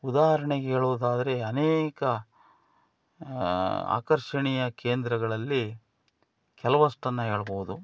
ಉದಾಹರ್ಣೆಗೆ ಹೇಳುವುದಾದ್ರೆ ಅನೇಕ ಆಕರ್ಷಣೀಯ ಕೇಂದ್ರಗಳಲ್ಲಿ ಕೆಲವಷ್ಟನ್ನ ಹೇಳ್ಬೋದು